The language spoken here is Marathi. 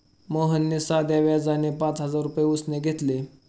मोहनने साध्या व्याजाने पाच हजार रुपये उसने घेतले